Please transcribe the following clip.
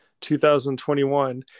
2021